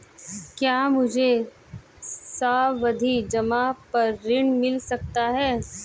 क्या मुझे सावधि जमा पर ऋण मिल सकता है?